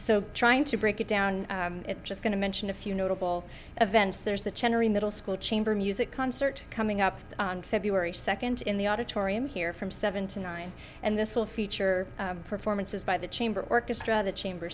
so trying to break it down it just going to mention a few notable events there's the middle school chamber music concert coming up on february second in the auditorium here from seven to nine and this will feature performances by the chamber orchestra the chamber